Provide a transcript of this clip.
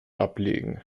ablegen